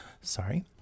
Sorry